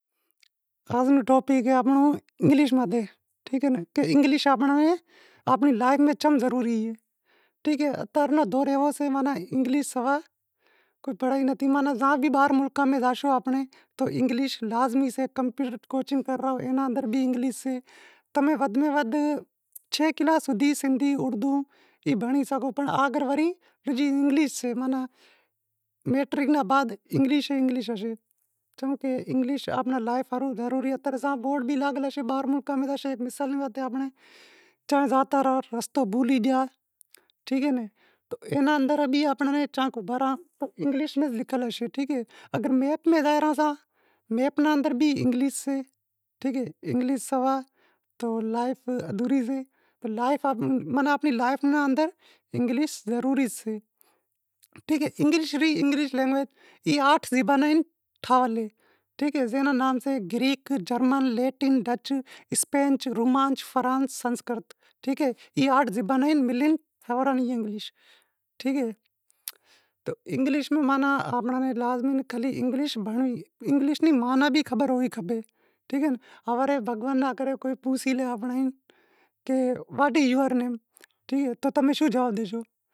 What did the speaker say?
آج آنپڑو ٹاپک سے انگلش ماتھے، کہ انگلش آنپڑی لینگویج چم ضروری سے، اتا رے ناں دور ایوو سے کہ انگلش بنا کو پڑہائی نتھی، ماناں زاں بھی باہر زاشو، ملکاں میں زاشو آنپڑے تو انگلش لازمی سے، تمیں ودھ میں ودہ چھے کلاس سندھی اڑدو بھنڑی سگھو پر آگر وڑی انگلش مئٹرک رے باد انگش ہوشے، چمکہ انگلش امارے لائیف ہاروں زام ضروری سے، روڈاں ماتھے بورڈ لاگل ہوشیں تمیں باہراں ملکاں ماہ گیا ان راستو بھولی گیا تو ایئاں بورڈاں ماہ بھی انگلش ماہ لکھیل ہوشے، اگر میپ میں بھی زائے رہا ساں تو میپ نیں اندر بھی انگلش سوا تو لائیف ادھوری سے، ماناں آنپڑی لائیف رے اندر انگلش ضروری سے، انگلش لینگویج۔ ای آٹھ زبانیں اہیں، زیں را نام سیں، گریک، جرمن، لیٹن، ڈچ، اسپین، رومانچ، فرینچ، سنسکرت۔ ای آٹھ زبانیں ملے ٹھرائنڑی اے انگلش، ٹھیک اے، انگلش لازمی بھنڑنڑ کھپے ان انگلش ری ماناں ری بھی خبر ہونرنڑ کھپے، ہوارے بھوان ناں کرے کوئی پوسے آپاں ناں کہ واٹ از یوئر نیم تو تمیں شوں جواب ڈیشو؟